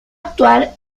actuar